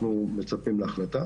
אנחנו מצפים להחלטה